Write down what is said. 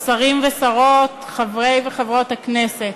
תודה רבה, שרים ושרות, חברי וחברות הכנסת,